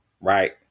right